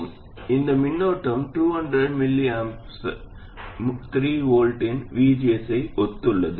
இந்த மின்னோட்டம் 200 µA 3 V இன் VGS ஐ ஒத்துள்ளது